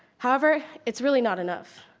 however, it's really not enough.